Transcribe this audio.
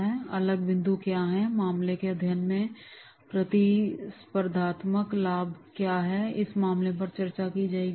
अलग अलग बिंदु क्या हैं और मामले के अध्ययन में प्रतिस्पर्धात्मक लाभ क्या है इस पर चर्चा की जाएगी